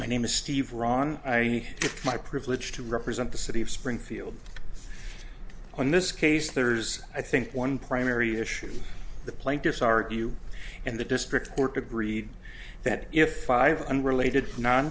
my name is steve ron i get my privilege to represent the city of springfield on this case there's i think one primary issue the plaintiffs argue and the district court agreed that if five unrelated non